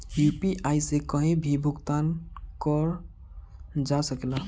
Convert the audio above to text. UPI से कहीं भी भुगतान कर जा सकेला?